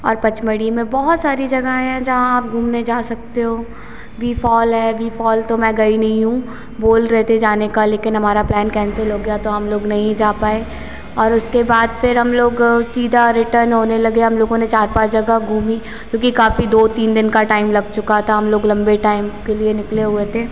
और पचमढ़ी में बहुत सारी जगहें हैं जहाँ आप घूमने जा सकते हो बी फॉल है बी फॉल तो मैं गई नइ हूँ बोल रहे थे जाने का लेकिन हमारा प्लान कैंसिल हो गया तो हम लोग नहीं जा पाए और उसके बाद फिर हम लोग सीधा रिटर्न होने लगे हम लोगों ने चार पाँच जगह घूमी क्योंकि काफ़ी दो तीन दिन का टाइम लग चुका था हम लोग लंबे टाइम के लिए निकले हुए थे